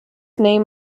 name